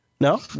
No